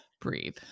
breathe